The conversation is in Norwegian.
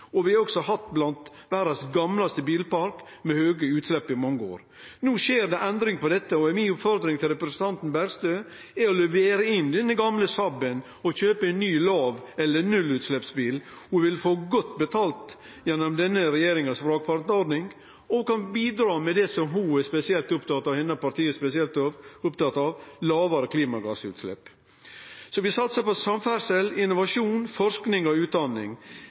verda. Vi har også hatt ein av dei eldste bilparkane i verda, med høge utslepp i mange år. No skjer det ei endring i dette, og mi oppfordring til representanten Bergstø er at ho leverer inn den gamle Saab-en og kjøper ein ny låg- eller nullutsleppsbil. Ho vil få godt betalt gjennom vrakpantordninga til denne regjeringa og kan bidra med det som ho og partiet hennar er spesielt opptatt av – lågare klimagassutslepp. Vi satsar på samferdsel, innovasjon, forsking og utdanning.